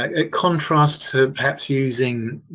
ah it contrasts to perhaps using,